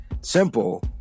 simple